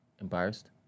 embarrassed